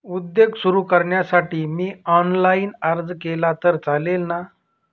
उद्योग सुरु करण्यासाठी मी ऑनलाईन अर्ज केला तर चालेल ना?